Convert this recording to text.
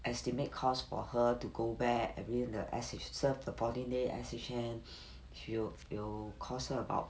estimate cost for her to go back having the S_H~ serve the body S_H_N will will cost her about